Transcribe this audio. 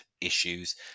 issues